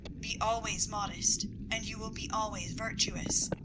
be always modest, and you will be always virtuous.